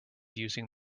using